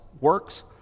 works